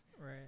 Right